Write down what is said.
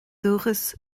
dúchas